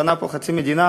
בנה פה חצי מדינה.